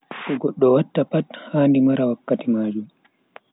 Ko goddo watta pat, handi mara wakkati majum,